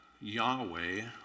Yahweh